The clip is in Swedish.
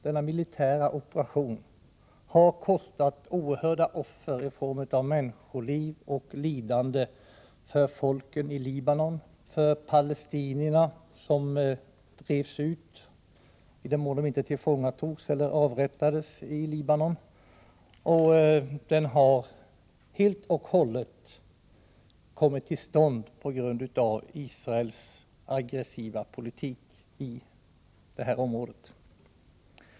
Denna militära operation har kostat oerhörda offer i form av människoliv och lidande för folken i Libanon och för palestinierna, som drevs ut —- i den mån de inte tillfångatogs eller avrättades i Libanon — och den har helt och hållet kommit till stånd på grund av Israels aggressiva politik i området.